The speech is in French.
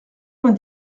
vingt